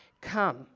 come